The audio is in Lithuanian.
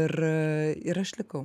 ir ir aš likau